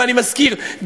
ואני מזכיר,